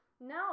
No